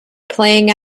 playing